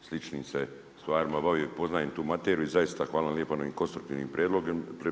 sličnim se stvarima se bavio, poznajem tu materiju i zaista hvala lijepa na ovim konstruktivnim